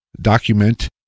document